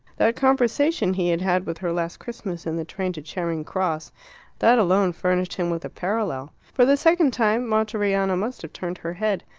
that conversation he had had with her last christmas in the train to charing cross that alone furnished him with a parallel. for the second time, monteriano must have turned her head.